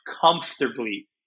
comfortably